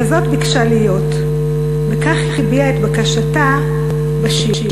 כזאת ביקשה להיות, וכך הביעה את בקשתה בשיר: